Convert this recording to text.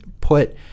put